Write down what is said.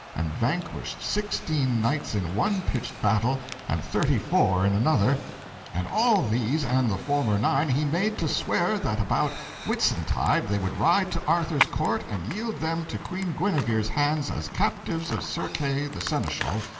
and vanquished sixteen knights in one pitched battle and thirty-four in another and all these and the former nine he made to swear that about whitsuntide they would ride to arthur's court and yield them to queen guenever's hands as captives of sir kay the seneschal,